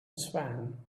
swan